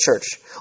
church